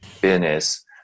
business